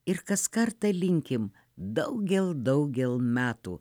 ir kas kartą linkime daugel daugel metų